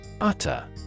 utter